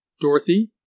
Dorothy